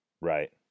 Right